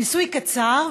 ניסוי קצר,